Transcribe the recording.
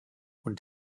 und